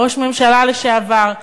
ראש ממשלה לשעבר,